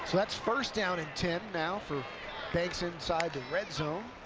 that's first down and ten now for banks inside the red zone.